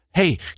Hey